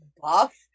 buff